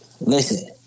Listen